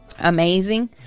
Amazing